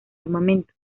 armamento